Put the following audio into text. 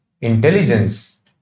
intelligence